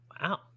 Wow